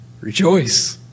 rejoice